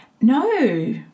No